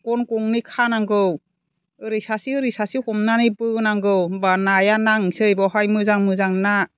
गन गंनै खानांगौ ओरै सासे ओरै सासे हमनानै बोनांगौ होनबा नाया नांनोसै बेवहाय मोजां मोजां ना